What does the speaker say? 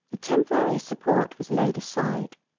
the temporary support was laid aside.